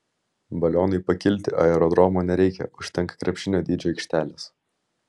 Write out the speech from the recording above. balionui pakilti aerodromo nereikia užtenka krepšinio dydžio aikštelės